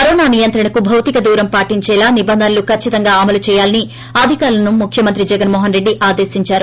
corona నియంత్రణకు భౌతిక దూరం పాటించేలా నిబంధనలు కచ్చితంగా అమలు చేయాలని అధికారులను ముఖ్యమంత్రి జగన్మోహన్రెడ్డి ఆదేశించారు